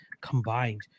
combined